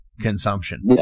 consumption